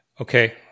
Okay